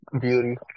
beauty